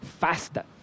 faster